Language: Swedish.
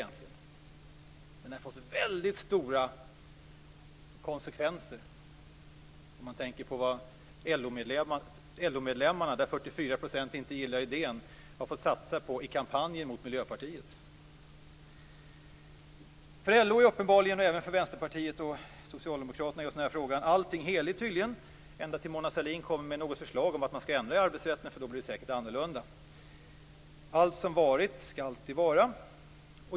Men den har fått väldigt stora konsekvenser om man tänker på vad LO-medlemmarna, av vilka 44 % inte gillar idén, har fått satsa på i kampanjer mot Miljöpartiet. För LO är allting uppenbarligen heligt, och även för Vänsterpartiet och Socialdemokraterna i just denna fråga, ända tills Mona Sahlin kommer med något förslag om att man skall ändra i arbetsrätten. Då blir det säkert annorlunda. Allt som varit skall alltid vara.